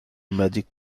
magic